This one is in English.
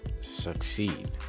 succeed